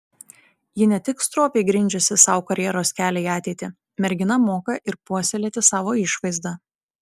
ji ne tik stropiai grindžiasi sau karjeros kelią į ateitį mergina moka ir puoselėti savo išvaizdą